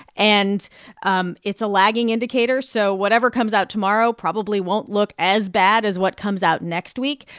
and um it's a lagging indicator, so whatever comes out tomorrow probably won't look as bad as what comes out next week.